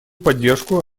поддержку